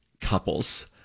couples